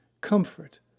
comfort